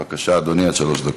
בבקשה, אדוני, עד שלוש דקות.